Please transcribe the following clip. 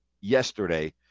yesterday